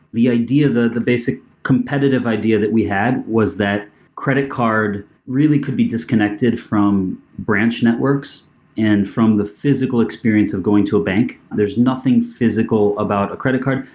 the idea that the basic competitive idea that we had was that credit card really could be disconnected from branch networks and from the physical experience of going to a bank. there's nothing physical about a credit card.